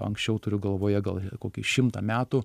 anksčiau turiu galvoje gal kokį šimtą metų